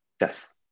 Yes